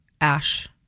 Ash